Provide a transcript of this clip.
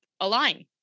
align